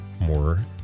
more